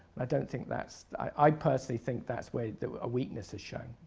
i don't think that's i personally think that's where a weakness is shown.